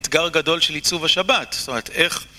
אתגר גדול של עיצוב השבת, זאת אומרת איך...